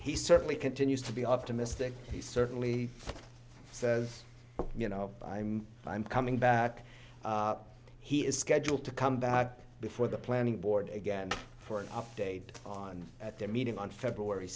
he certainly continues to be optimistic he certainly says you know i mean i'm coming back he is scheduled to come back before the planning board again for an update on at their meeting on february